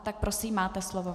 Tak prosím, máte slovo.